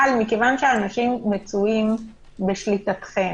אבל כיוון שאנשים מצויים בשליטתכם,